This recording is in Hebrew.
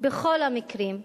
בכל המקרים,